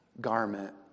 garment